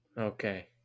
Okay